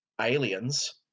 Aliens